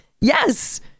yes